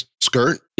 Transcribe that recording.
skirt